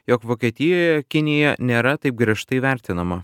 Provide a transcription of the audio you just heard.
jog vokietijoje kinija nėra taip griežtai vertinama